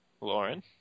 Lauren